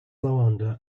lavender